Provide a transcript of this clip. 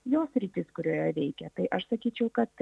jo sritis kurioje veikia tai aš sakyčiau kad